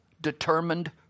determined